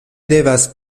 devas